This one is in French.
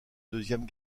deuxième